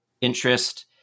interest